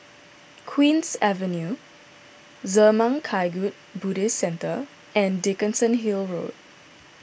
Queen's Avenue Zurmang Kagyud Buddhist Centre and Dickenson Hill Road